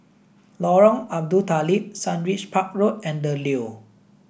Lorong Abu Talib Sundridge Park Road and The Leo